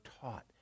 taught